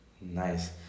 Nice